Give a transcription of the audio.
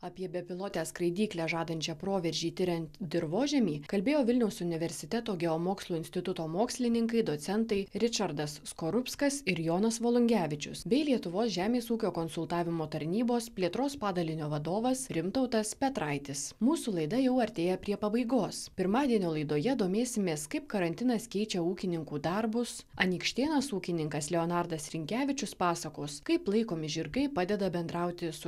apie bepilotę skraidyklę žadančią proveržį tiriant dirvožemį kalbėjo vilniaus universiteto geomokslų instituto mokslininkai docentai ričardas skorupskas ir jonas volungevičius bei lietuvos žemės ūkio konsultavimo tarnybos plėtros padalinio vadovas rimtautas petraitis mūsų laida jau artėja prie pabaigos pirmadienio laidoje domėsimės kaip karantinas keičia ūkininkų darbus anykštėnas ūkininkas leonardas rinkevičius pasakos kaip laikomi žirgai padeda bendrauti su